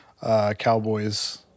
Cowboys